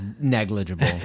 negligible